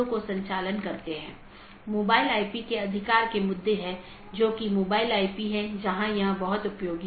इसलिए एक path vector में मार्ग को स्थानांतरित किए गए डोमेन या कॉन्फ़िगरेशन के संदर्भ में व्यक्त किया जाता है